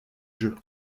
jeux